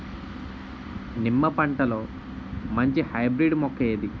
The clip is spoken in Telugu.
నిమ్మ పంటలో మంచి హైబ్రిడ్ మొక్క ఏది?